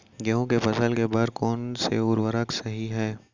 गेहूँ के फसल के बर कोन से उर्वरक सही है?